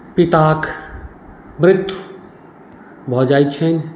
पिताक मृत्यु भऽ जाइत छनि